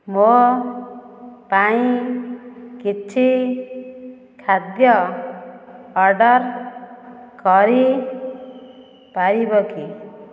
ମୋ ପାଇଁ କିଛି ଖାଦ୍ୟ ଅର୍ଡ଼ର୍ କରିପାରିବ କି